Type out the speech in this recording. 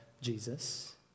Jesus